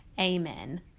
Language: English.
amen